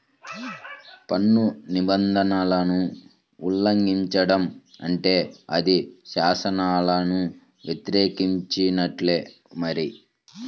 పన్ను నిబంధనలను ఉల్లంఘించడం అంటే అది శాసనాలను వ్యతిరేకించినట్టే మరి